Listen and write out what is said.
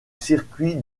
circuit